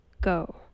go